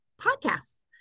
podcasts